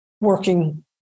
working